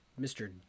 Mr